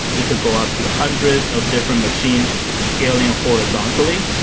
it could go out to hundreds of different machines scaling horizontally.